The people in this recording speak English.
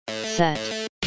Set